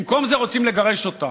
במקום זה רוצים לגרש אותה.